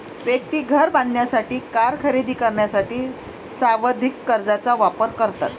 व्यक्ती घर बांधण्यासाठी, कार खरेदी करण्यासाठी सावधि कर्जचा वापर करते